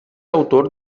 autor